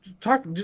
talk